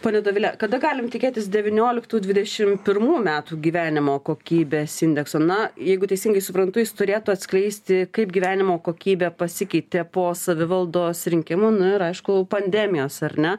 ponia dovile kada galim tikėtis devynioliktų dvidešim pirmų metų gyvenimo kokybės indekso na jeigu teisingai suprantu jis turėtų atskleisti kaip gyvenimo kokybė pasikeitė po savivaldos rinkimų ir aišku pandemijos ar ne